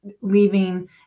leaving